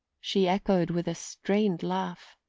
she echoed with a strained laugh.